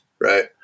Right